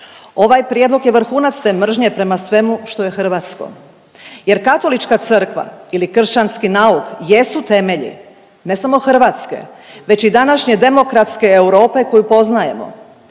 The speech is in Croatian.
Ovaj prijedlog je vrhunac te mržnje prema svemu što je hrvatsko, jer Katolička crkva ili kršćanski nauk jesu temelji ne samo Hrvatske već i današnje demokratske Europe koju poznajemo.